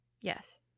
Yes